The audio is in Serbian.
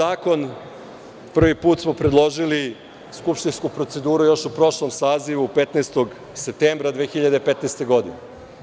Ovaj zakon prvi put smo predložili u skupštinsku proceduru još u prošlom sazivu 15. septembra 2015. godine.